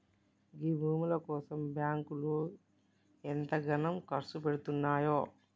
గీ భూముల కోసం బాంకులు ఎంతగనం కర్సుపెడ్తున్నయో